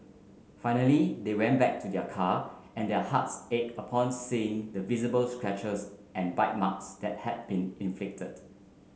finally they went back to their car and their hearts ached upon seeing the visible scratches and bite marks that had been inflicted